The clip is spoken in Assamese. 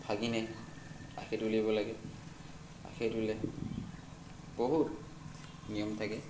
ভাগিনে আখে তুলিব লাগে আখে তুলে বহুত নিয়ম থাকে